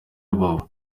rubavu